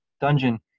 dungeon